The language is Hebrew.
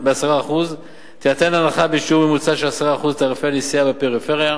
ב-10%; תינתן הנחה בשיעור ממוצע של 10% על תעריפי הנסיעה בפריפריה,